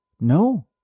No